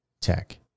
tech